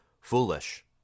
foolish